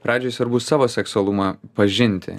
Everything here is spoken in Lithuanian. pradžiai svarbu savo seksualumą pažinti